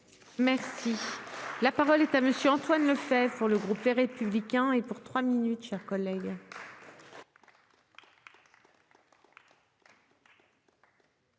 Merci. La parole est à monsieur Antoine Lefèvre pour le groupe Les Républicains et pour trois minutes, chers collègues.